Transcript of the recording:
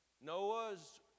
Noah's